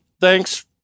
thanks